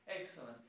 Excellent